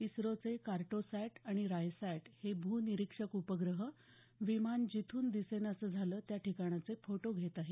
इस्रोचे कार्टोसॅट आणि रायसॅट हे भूनिरिक्षक उपग्रह विमान जिथून दिसेनासं झालं त्या ठिकाणाचे फोटो घेत आहेत